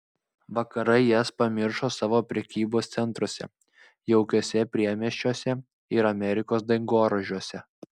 vakarai jas pamiršo savo prekybos centruose jaukiuose priemiesčiuose ir amerikos dangoraižiuose